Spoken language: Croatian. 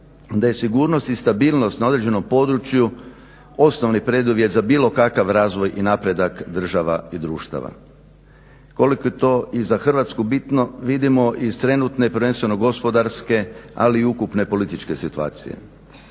da je sigurnost i stabilnost na određenom području osnovni preduvjet za bilo kakav razvoj i napredak država i društava. Koliko je to i za Hrvatsku bitno vidimo iz trenutne prvenstveno gospodarske ali i ukupne političke situacije.